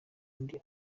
undi